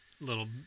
little